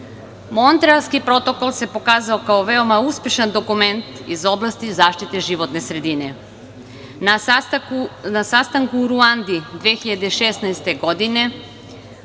Montrealski protokol se pokazao kao veoma uspešan dokument iz oblasti zaštitne životne sredine, na sastanku u Uruandi 2016. godine,